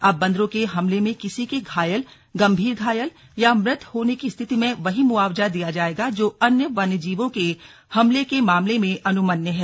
अब बंदरों के हमले में किसी के घायल गंभीर घायल या मृत होने की स्थिति वही मुआवजा दिय जाएगा जो अन्य वन्यजीवों के हमले के मामले में अनुमन्य है